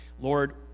Lord